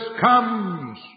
comes